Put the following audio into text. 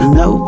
no